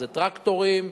אלה טרקטורים,